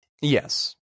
yes